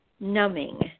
numbing